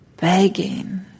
begging